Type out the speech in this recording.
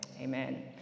Amen